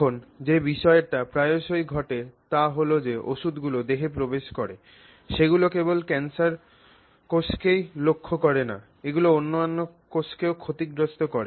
এখন যে বিষয়টি প্রায়শই ঘটে থাকে তা হল যে ওষুধগুলি দেহে প্রবেশ করে সেগুলি কেবল ক্যান্সার কোষকেই লক্ষ্য করে না এগুলি অন্যান্য কোষকেও ক্ষতিগ্রস্ত করে